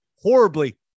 horribly